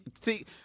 see